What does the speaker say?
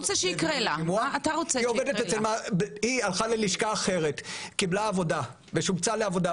היא הלכה ללשכה אחרת, קיבלה עבודה ושובצה לעבודה.